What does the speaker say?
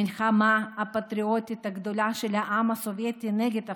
המלחמה הפטריוטית הגדולה של העם הסובייטי נגד הפשיסטים,